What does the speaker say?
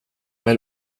väl